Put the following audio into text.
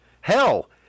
Hell